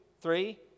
three